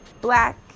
black